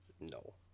No